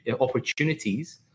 opportunities